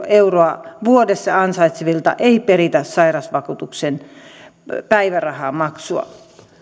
euroa vuodessa ansaitsevilta ei peritä sairausvakuutuksen päivärahamaksua